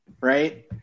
right